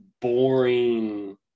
boring